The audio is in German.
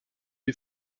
die